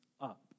up